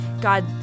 God